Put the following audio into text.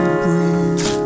breathe